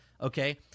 okay